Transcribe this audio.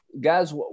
guys